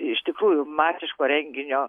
iš tikrųjų masiško renginio